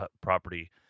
property